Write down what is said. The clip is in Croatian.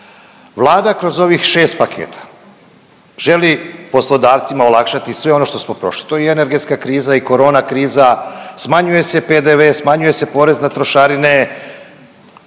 Vlada kroz ovih 6 paketa želi poslodavcima olakšati sve ono što smo prošli, tu je i energetska kriza i korona kriza, smanjuje se PDV, smanjuje se porez na trošarine,